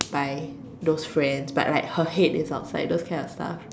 by those friends but like her head is outside those kind of stuff